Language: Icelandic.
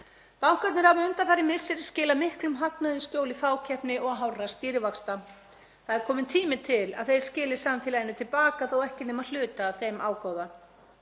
Bankarnir hafa undanfarin misseri skilað miklum hagnaði í skjóli fákeppni og hárra stýrivaxta. Það er kominn tími til að þeir skili samfélaginu til baka þó ekki væri nema hluta af þeim ágóða.